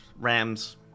rams